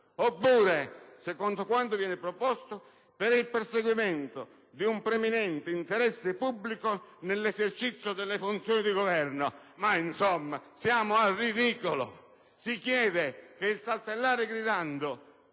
oppure, secondo quanto viene proposto, «per il perseguimento di un preminente interesse pubblico nell'esercizio della funzione di Governo»? Siamo al ridicolo! Si chiede che il saltellare gridando